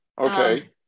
Okay